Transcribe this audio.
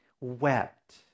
wept